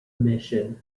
mission